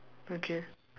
okay